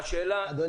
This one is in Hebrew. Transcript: השאלה אחרת -- אדוני,